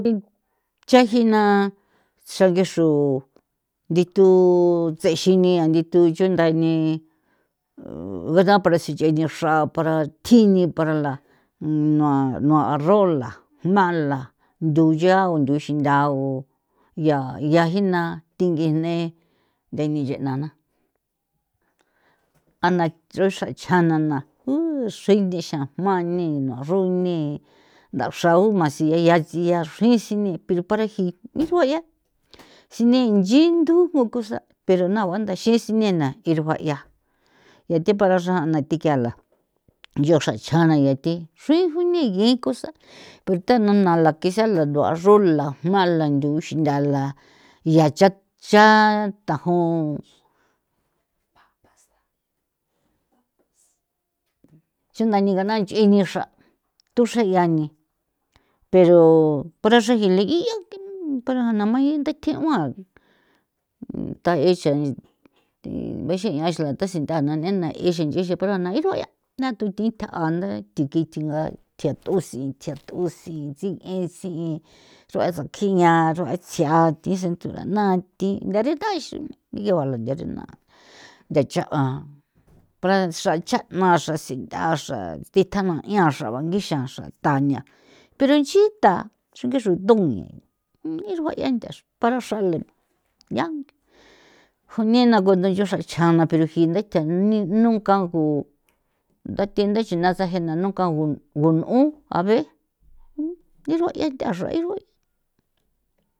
chajina tsange xru ndiitu tsexinia ndithu chunda ni gada para sinch'e nchi xra para thjini para la nua nua arrola jna la nduyao nduxi ndago ya yajina thingine ntheni ye' nana a na chuxe chjanana u xinde xajma ne nua rune nthaxa u ma siyea tsia xrisi nii pero para ji nijuayea sine nchi ndo mucusa pero nauntha xii sinena iruaya yaa thi para xrana thikiala nchroxa chana ya thi u jine yen cosa pero tanala kisala ndua arro la malando xinthala yacha cha thajon chunda ningana nch'e nixra thuxre yani pero para xrajili ya que para jana mayen ndekeguan thaechani bexin a la thase nda nena ixin yixin pero a na'i ruaya na thu thita anda thikji thinga thjiatusi tsie'e tsi'i rua tsia thi senthulana thi ndarethaxi neguala thaxina ndacha'ia para xrachana xrasintha xro thitamaya xra bangixa xra thania pero nchitha sangi xronton nirujuaya nda para xale yan junena ko ndaya xrachana pero jinda nitha nunca ngu ndathe ndaxina chajena nunca ngun'un a ve iruaya nda xra irua.